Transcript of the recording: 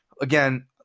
again